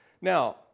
Now